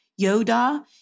Yoda